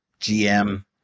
GM